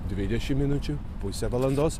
dvidešimt minučių pusę valandos